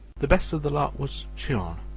the best of the lot was chiron,